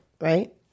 right